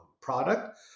product